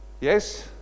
Yes